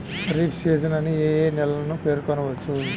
Kharif season అని ఏ ఏ నెలలను పేర్కొనవచ్చు?